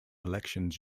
elections